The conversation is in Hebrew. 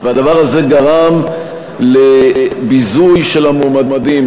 והדבר הזה גרם לביזוי המועמדים,